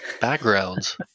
backgrounds